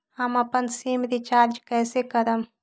हम अपन sim recharge कइसे करम?